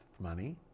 money